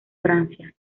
francia